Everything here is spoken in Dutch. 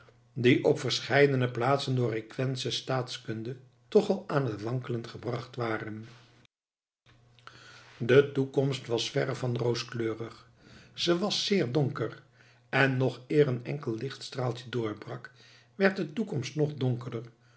die op verscheidene plaatsen door requesens staatkunde toch al aan het wankelen gebracht waren de toekomst was verre van rooskleurig ze was zeer donker en nog eer een enkel lichtstraaltje doorbrak werd de toekomst nog donkerder